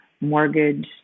mortgage